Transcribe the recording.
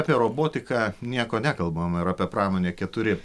apie robotiką nieko nekalbama ir apie pramonę keturi